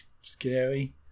scary